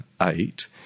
eight